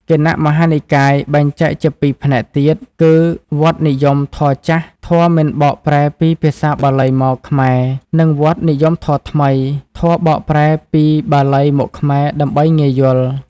គណៈមហានិកាយបែងចែកជាពីរផ្នែកទៀតគឺ វត្តនិយមធម៌ចាស់ (ធម៌មិនបកប្រែពីបាលីមកខ្មែរ) និង វត្តនិយមធម៌ថ្មី (ធម៌បកប្រែពីបាលីមកខ្មែរដើម្បីងាយយល់)។